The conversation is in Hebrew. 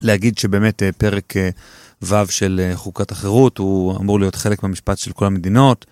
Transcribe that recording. להגיד שבאמת פרק ו' של חוקת החירות הוא אמור להיות חלק במשפט של כל המדינות.